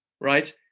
right